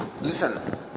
listen